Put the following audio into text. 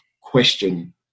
question